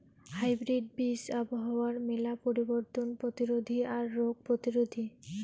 hybrid বীজ আবহাওয়ার মেলা পরিবর্তন প্রতিরোধী আর রোগ প্রতিরোধী